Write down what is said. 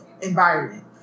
environment